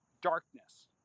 darkness